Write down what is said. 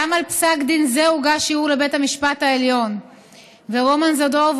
גם על פסק דין זה הוגש ערעור לבית המשפט העליון ורומן זדורוב